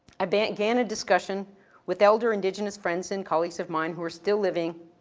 i began a discussion with elder indigenous friends and colleagues of mine who are still living